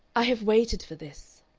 i have waited for this,